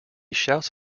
shouts